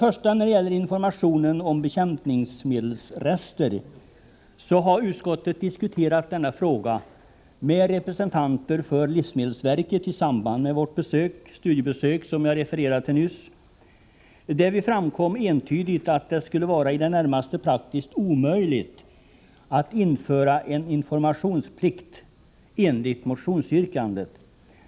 Frågan om information om bekämpningsmedelsrester har utskottet diskuterat med representanter för livsmedelsverket i samband med vårt studiebesök, som jag refererade nyss. Därvid framkom entydigt att det praktiskt skulle vara i det närmaste omöjligt att införa en informationsplikt enligt motionsyrkandet.